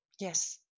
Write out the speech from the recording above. Yes